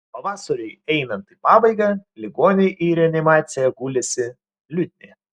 pavasariui einant į pabaigą ligoniai į reanimaciją gulėsi liūdni